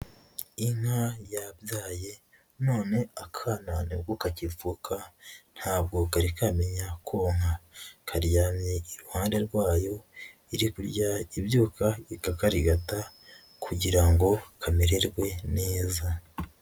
Inka yabyaye none akana ni bwo kakivuka ntabwo kari kamenya konka. Karyamye iruhande rwayo, iri kujya ibyuka ikakarigata kugira ngo kamererwe neza.